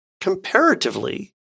comparatively